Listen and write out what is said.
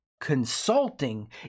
consulting